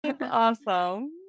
Awesome